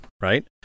Right